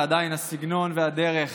ועדיין הסגנון והדרך